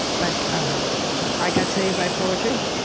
but i got saved by poetry.